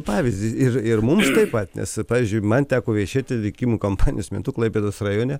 pavyzdį ir ir mums taip pat nes pavyzdžiui man teko viešėti rinkimų kampanijos metu klaipėdos rajone